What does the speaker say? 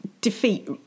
defeat